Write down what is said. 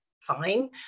fine